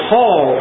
Paul